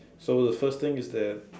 so the first thing is that